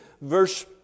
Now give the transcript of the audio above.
Verse